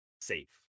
safe